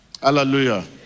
Hallelujah